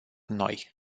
noi